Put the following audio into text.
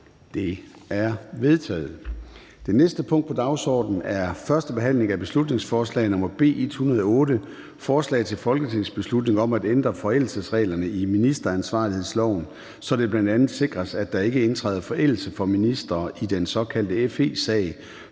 Det er vedtaget. --- Det næste punkt på dagsordenen er: 14) 1. behandling af beslutningsforslag nr. B 108: Forslag til folketingsbeslutning om at ændre forældelsesreglerne i ministeransvarlighedsloven, så det bl.a. sikres, at der ikke indtræder forældelse for ministre i den såkaldte FE-sag,